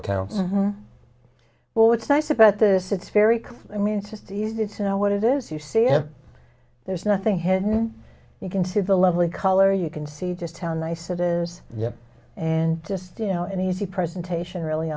accounts well what's nice about this it's very i mean it's just easy to know what it is you see and there's nothing hidden you can see the lovely color you can see just how nice it is and just you know and he's the presentation really